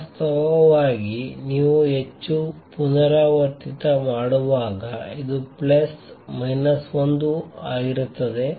ವಾಸ್ತವವಾಗಿ ನೀವು ಹೆಚ್ಚು ಪುನರಾವರ್ತಿತ ಮಾಡುವಾಗ ಇದು ಪ್ಲಸ್ ಮೈನಸ್ 1 ಆಗಿರುತ್ತದೆ